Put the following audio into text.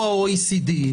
או ה-OECD.